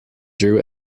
drew